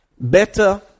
better